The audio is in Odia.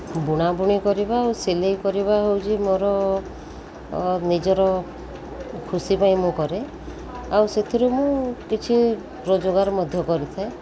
ବୁଣାବୁଣି କରିବା ଆଉ ସିଲେଇ କରିବା ହେଉଛି ମୋର ନିଜର ଖୁସି ପାଇଁ ମୁଁ କରେ ଆଉ ସେଥିରୁ ମୁଁ କିଛି ରୋଜଗାର ମଧ୍ୟ କରିଥାଏ